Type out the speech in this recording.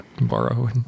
borrow